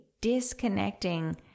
disconnecting